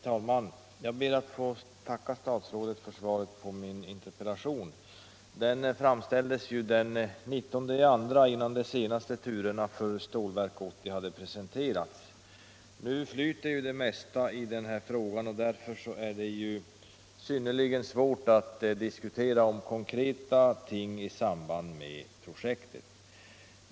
Herr talman! Jag ber att få tacka statsrådet för svaret på min interpellation. Den framställdes den 19 februari, innan de senaste turerna för Stålverk 80 hade presenterats. Nu flyter det mesta i den här frågan, och därför är det synnerligen svårt att diskutera konkreta ting i samband med projektet.